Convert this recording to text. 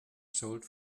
sold